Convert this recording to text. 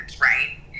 right